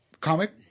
comic